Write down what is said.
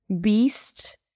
beast